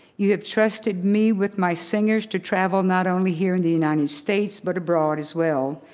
you have trusted me with my singers to travel not only here in the united states but abroad as well.